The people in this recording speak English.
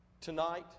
Tonight